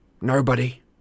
Nobody